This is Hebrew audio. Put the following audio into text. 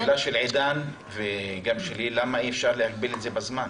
השאלה של עידן וגם שלי היא: למה אי-אפשר להגביל את זה בזמן?